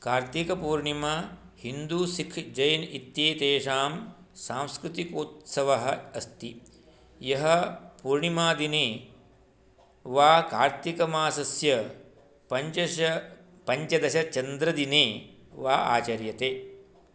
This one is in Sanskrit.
कार्तिकपूर्णिमा हिन्दू सिक्ख् जैन् इत्येतेषां सांस्कृतिकोत्सवः अस्ति यः पूर्णिमादिने वा कार्त्तिकमासस्य पञ्चदश पञ्चदशचन्द्रदिने वा आचर्यते